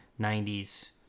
90s